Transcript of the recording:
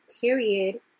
Period